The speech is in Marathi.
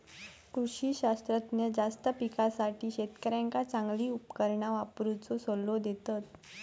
कृषी शास्त्रज्ञ जास्त पिकासाठी शेतकऱ्यांका चांगली उपकरणा वापरुचो सल्लो देतत